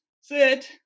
sit